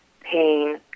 pain